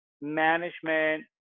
management